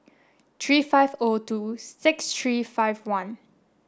three five O two six three five one